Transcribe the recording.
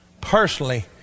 personally